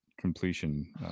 completion